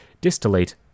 distillate